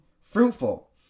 fruitful